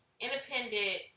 independent